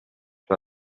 sua